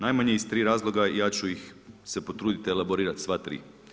Najmanje iz 3 razloga i ja ću ih se potruditi elaborirati sva tri.